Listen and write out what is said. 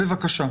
בבקשה.